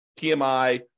PMI